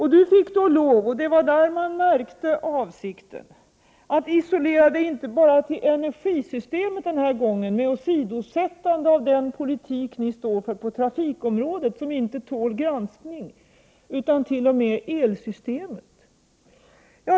Han fick lov — och där märkte man avsikten — att den här gången isolera sig inte bara till energisystemet med åsidosättande av den politik som moderaterna står för på trafikområdet och som inte tål granskning utan t.o.m. elsystemet.